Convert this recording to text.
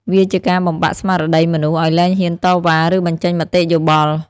វាជាការបំបាក់ស្មារតីមនុស្ស ឱ្យលែងហ៊ានតវ៉ា ឬបញ្ចេញមតិយោបល់។